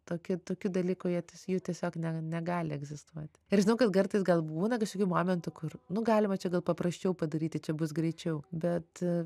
tokie tokių dalykų jie jų tiesiog negali egzistuoti ir žinau kad kartais gal būna visokių momentų kur nu galima čia gal paprasčiau padaryti čia bus greičiau bet